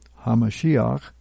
Hamashiach